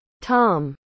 tom